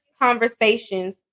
conversations